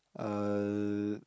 um